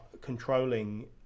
controlling